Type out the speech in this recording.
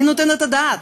מי נותן את הדעת?